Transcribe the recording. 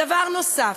דבר נוסף: